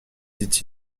dit